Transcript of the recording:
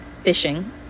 fishing